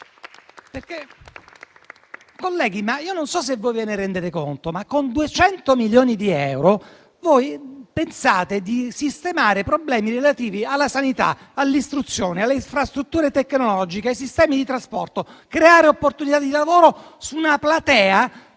Colleghi, non so se ve ne rendete conto, ma con 200 milioni di euro pensate di sistemare i problemi relativi alla sanità, all'istruzione, alle infrastrutture tecnologiche e ai sistemi di trasporto e di creare opportunità di lavoro su una platea